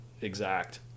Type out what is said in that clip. exact